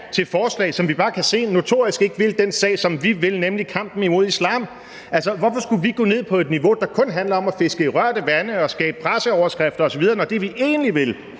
til et forslag, som vi bare kan se notorisk ikke vil den sag, som vi vil, nemlig kampen mod islam? Hvorfor skulle vi gå ned på et niveau, der kun handler om at fiske i rørte vande og skabe presseoverskrifter osv., når det, vi egentlig vil,